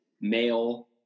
male